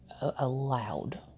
allowed